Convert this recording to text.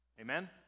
amen